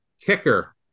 kicker